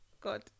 God